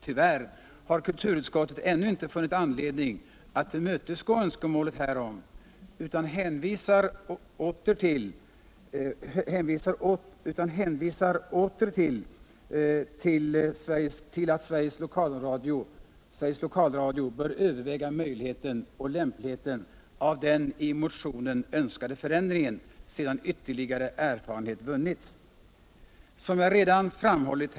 Tyvärr har kulturutskottet ännu inte funnit anledning att tillmötesgå önskemålet härom utan hänvisar åter till att Sveriges Lokalradio bör överväga möjligheten och lämpligheten av den i motionen önskade förändringen sedan ytterligare erfarenhet vunnits. Som jar redan framhållit.